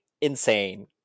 insane